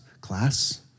Class